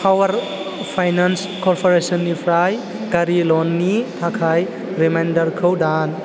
power finance कर्प'रेसननिफ्राय गारि लननि थाखाय रिमाइन्दारखौ दान